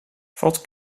valt